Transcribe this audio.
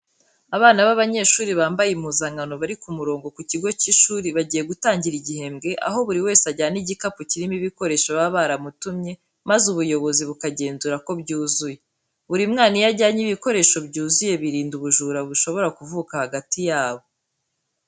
Abana b'abanyeshuri bambaye impuzankano bari ku murongo ku kigo cy'ishuri, bagiye gutangira igihembwe aho buri wese ajyana igikapu kirimo ibikoresho baba baramutumye, maze ubuyobozi bukagenzura ko byuzuye. Buri mwana iyo ajyanye ibikoresho byuzuye birinda ubujura bushobora kuvuka hagati yabo